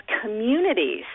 communities